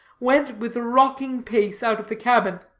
went with a rocking pace out of the cabin.